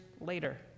later